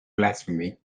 blasphemy